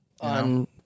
On